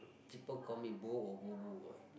people call me bo or bobo